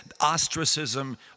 Ostracism